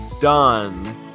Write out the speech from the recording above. done